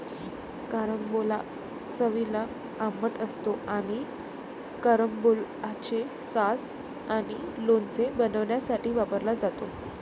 carambola चवीला आंबट असतो आणि कॅरंबोलाचे सॉस आणि लोणचे बनवण्यासाठी वापरला जातो